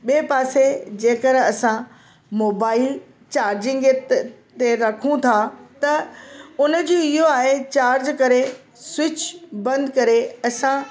ॿिए पासे जेकर असां मोबाइल चार्जिंग जे ते रखूं था त उनजो इहो आहे चार्ज करे स्विच बंदि करे असां